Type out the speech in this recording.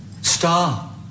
Star